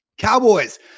Cowboys